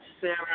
Sarah